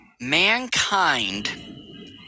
mankind